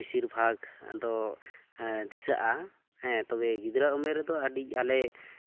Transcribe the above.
ᱵᱮᱥᱤᱨᱵᱷᱟᱜᱽ ᱫᱚ ᱫᱤᱥᱟᱹᱜᱼᱟ ᱦᱮᱸ ᱛᱚᱵᱮ ᱜᱤᱫᱽᱨᱟᱹ ᱩᱢᱮᱨ ᱨᱮᱫᱚ ᱟᱹᱰᱤ ᱟᱞᱮ